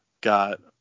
got